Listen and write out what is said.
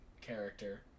character